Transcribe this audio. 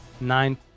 nine